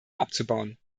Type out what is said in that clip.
abzubauen